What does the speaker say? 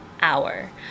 hour